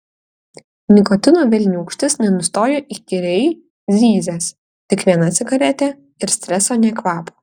nikotino velniūkštis nenustoja įkyriai zyzęs tik viena cigaretė ir streso nė kvapo